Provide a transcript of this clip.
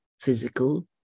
physical